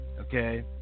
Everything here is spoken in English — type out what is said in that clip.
okay